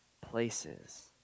places